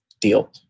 deal